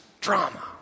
drama